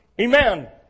Amen